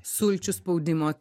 sulčių spaudimo